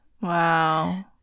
Wow